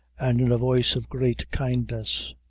and in a voice of great kindness,